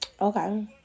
Okay